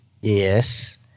Yes